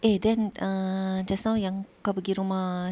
eh then uh just now yang kau pergi rumah